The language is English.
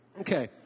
Okay